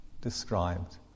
described